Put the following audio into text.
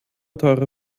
teure